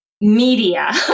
media